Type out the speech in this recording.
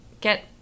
get